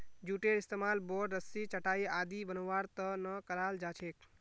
जूटेर इस्तमाल बोर, रस्सी, चटाई आदि बनव्वार त न कराल जा छेक